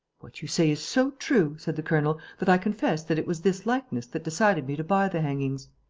what you say is so true, said the colonel, that i confess that it was this likeness that decided me to buy the hangings.